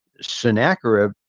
Sennacherib